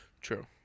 True